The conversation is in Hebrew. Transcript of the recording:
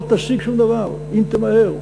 לא תשיג שום דבר אם תמהר.